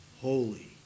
holy